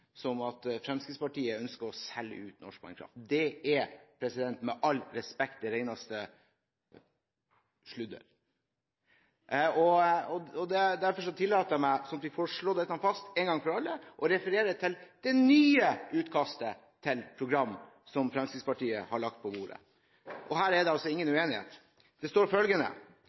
som om Fremskrittspartiet ønsker å selge ut norsk vannkraft. Det er – med all respekt – det reneste sludder, og derfor tillater jeg meg å slå dette fast én gang for alle og viser til det nye utkastet til program som Fremskrittspartiet har lagt på bordet. Og her er det altså ingen uenighet. Det står følgende: